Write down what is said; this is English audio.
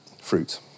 Fruit